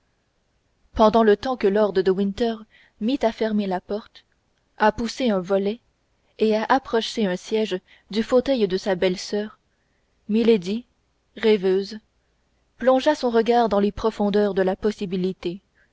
pendant le temps que lord de winter mit à fermer la porte à pousser un volet et à approcher un siège du fauteuil de sa bellesoeur milady rêveuse plongea son regard dans les profondeurs de la possibilité